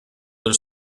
del